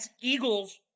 Eagles